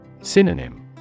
Synonym